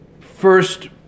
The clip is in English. first